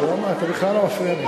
אתה בכלל לא מפריע לי.